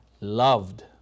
loved